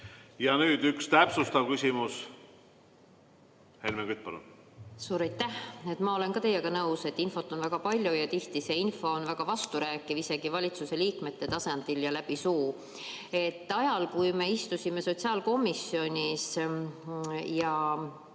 Ja nüüd üks täpsustav küsimus, Helmen Kütt, palun! Suur aitäh! Ma olen teiega nõus, et infot on väga palju. Ja tihti see info on väga vasturääkiv isegi valitsuse liikmete tasandil, läbi nende suu. Ajal, kui me istusime sotsiaalkomisjonis,